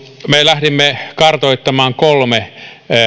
me lähdimme kartoittamaan kolme